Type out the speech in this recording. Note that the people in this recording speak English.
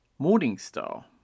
Morningstar